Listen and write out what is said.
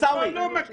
זה לא מתאים.